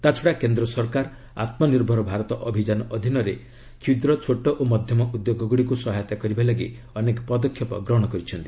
ତା'ଛଡା କେନ୍ଦ୍ର ସରକାର ଆତ୍ମନିର୍ଭର ଭାରତ ଅଭିଯାନ ଅଧୀନରେ କ୍ଷୁଦ୍ର ଛୋଟ ଓ ମଧ୍ୟମ ଉଦ୍ୟୋଗ ଗୁଡ଼ିକୁ ସହାୟତା କରିବା ଲାଗି ଅନେକ ପଦକ୍ଷେପ ଗ୍ରହଣ କରିଛନ୍ତି